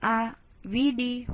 તેથી